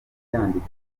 yandika